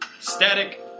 Static